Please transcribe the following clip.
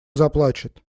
заплачет